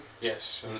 yes